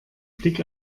blick